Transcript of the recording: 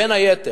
בין היתר.